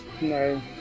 No